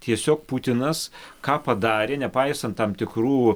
tiesiog putinas ką padarė nepaisant tam tikrų